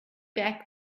back